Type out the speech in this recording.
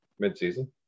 midseason